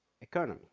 economy